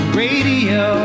radio